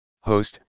host